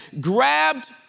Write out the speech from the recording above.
grabbed